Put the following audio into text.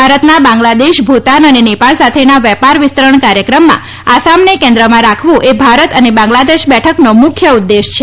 ભારતના બાંગ્લાદેશ ભૂતાન અને નેપાળ સાથેના વેપાર વિસ્તરણ કાર્યક્રમમાં આસામને કેન્દ્રમાં રાખવું એ ભારત અને બાંગ્લાદેશ બેઠકનો મુખ્ય ઉદ્દેશ્ય છે